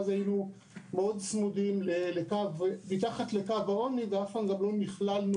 ואז היינו צמודים מאוד לקו העוני ואף פעם לא נכללנו